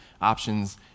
options